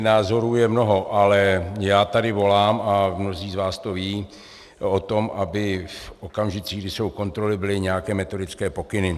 Názorů je mnoho, ale já tady volám, a mnozí z vás to vědí, po tom, aby v okamžicích, kdy jsou kontroly, byly nějaké metodické pokyny.